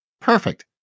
Perfect